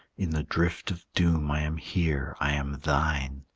in the drift of doom i am here, i am thine.